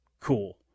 Cool